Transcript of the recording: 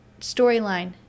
storyline